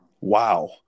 wow